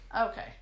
Okay